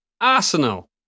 Arsenal